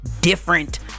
different